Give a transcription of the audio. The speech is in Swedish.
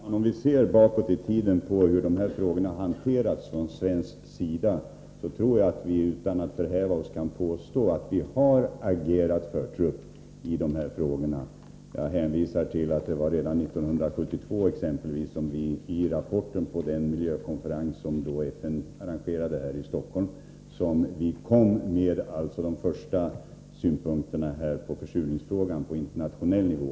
Herr talman! Om vi går bakåt i tiden och ser hur de här frågorna har hanterats från svensk sida tror jag att vi, utan att förhäva oss, kan påstå att vi har agerat förtrupp. Jag kan exempelvis nämna att vi redan i en rapport 1972 till den miljökonferens som FN då arrangerade här i Stockholm kom med de första synpunkterna i försurningsfrågan på internationell nivå.